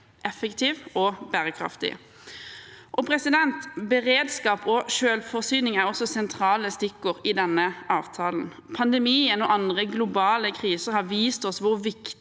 effektiv og bærekraftig. Beredskap og selvforsyning er også sentrale stikkord i denne avtalen. Pandemien og andre globale kriser har vist oss hvor viktig